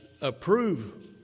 approve